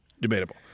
Debatable